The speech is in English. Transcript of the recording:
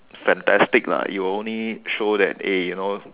fantastic lah it will only show that a you know